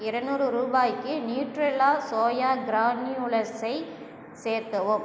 இருநூறு ரூபாய்க்கு நியூட்ரெலா சோயா கிரானியூல்ஸை சேர்க்கவும்